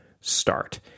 start